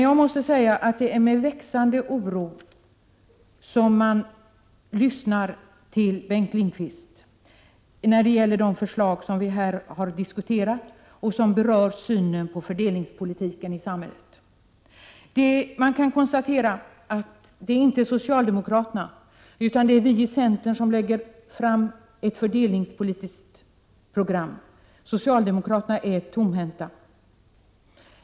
Jag måste säga att det är med växande oro som jag lyssnar till Bengt Lindqvist när det gäller det förslag som vi här har diskuterat och som rör synen på fördelningspolitiken i samhället. Man kan konstatera att det inte är - socialdemokraterna utan vi i centern som lägger fram ett fördelningspolitiskt program. Socialdemokraterna är tomhänta.